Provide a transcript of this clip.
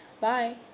bye